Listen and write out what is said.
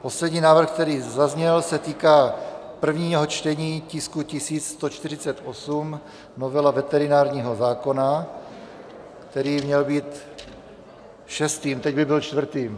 Poslední návrh, který zazněl, se týká prvního čtení tisku 1148 Novela veterinárního zákona, který měl být šestým, teď by byl čtvrtým.